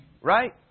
right